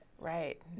Right